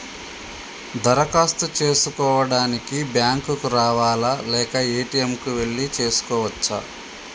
దరఖాస్తు చేసుకోవడానికి బ్యాంక్ కు రావాలా లేక ఏ.టి.ఎమ్ కు వెళ్లి చేసుకోవచ్చా?